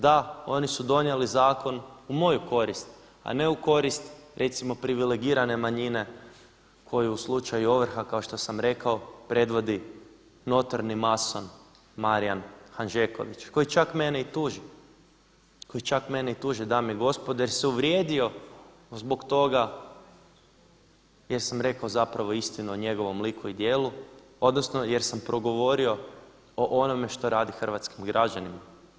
Da, oni su donijeli zakon u moju korist a ne u korist recimo privilegirane manjine koju u slučaju ovrha, kao što sam rekao predvodi notorni mason Marijan Handžeković koji čak mene i tuži, koji čak mene i tuži dame i gospodo jer se uvrijedio zbog toga jer sam rekao zapravo istinu o njegovom liku i djelu, odnosno jer sam progovorio o onome što radi hrvatskim građanima.